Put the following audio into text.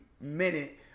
minute